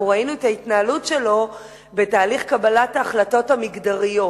אנחנו ראינו את ההתנהלות שלו בתהליך קבלת ההחלטות המגדריות.